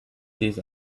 these